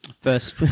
First